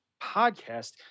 Podcast